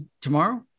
tomorrow